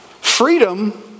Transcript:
Freedom